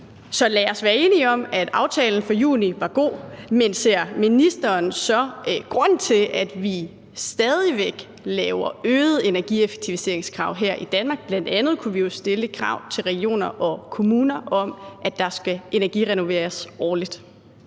Så lad os være enige om, at aftalen fra juni var god. Men ser ministeren så, at der er grund til, at vi stadig væk laver øgede energieffektiviseringskrav her i Danmark? Bl.a. kunne vi jo stille et krav til regioner og kommuner om, at der skal energirenoveres årligt?